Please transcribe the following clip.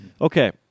Okay